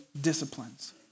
disciplines